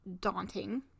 daunting